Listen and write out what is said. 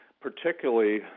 particularly